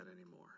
anymore